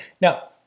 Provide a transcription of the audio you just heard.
now